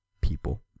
people